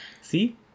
see